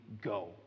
go